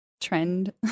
trend